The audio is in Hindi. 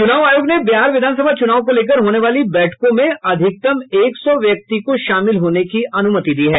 च्रनाव आयोग ने बिहार विधानसभा चूनाव को लेकर होने वाली बैठकों में अधिकतम एक सौ व्यक्ति को शामिल होने की अनुमति दी है